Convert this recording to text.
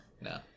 No